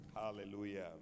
Hallelujah